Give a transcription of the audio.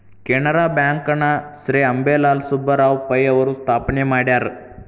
Canara bank ನ ಶ್ರೇ ಅಂಬೇಲಾಲ್ ಸುಬ್ಬರಾವ್ ಪೈ ಅವರು ಸ್ಥಾಪನೆ ಮಾಡ್ಯಾರ